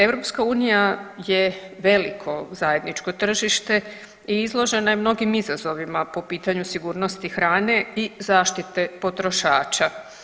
EU je veliko zajedničko tržište i izložena je mnogim izazovima po pitanju sigurnosti hrane i zaštite potrošača.